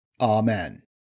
Amen